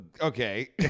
Okay